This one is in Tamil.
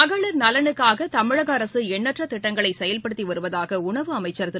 மகளிர் நலனுக்காக தமிழக அரசு எண்ணற்ற திட்டங்களை செயல்படுத்தி வருவதாக உணவு அமைச்சர் திரு